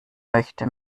möchte